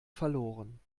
verloren